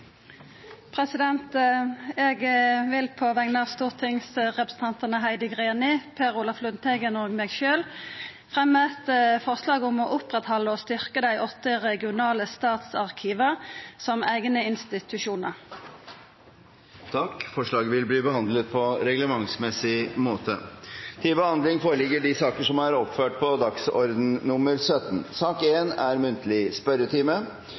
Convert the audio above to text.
representantforslag. Eg vil på vegner av stortingsrepresentantane Heidi Greni, Per Olaf Lundteigen og meg sjølv fremja eit forslag om å oppretthalda og styrka dei åtte regionale statsarkiva som eigne institusjonar. Forslaget vil bli behandlet på reglementsmessig måte. Stortinget mottok mandag meddelelse fra Statsministerens kontor om at statsrådene Vidar Helgesen, Solveig Horne og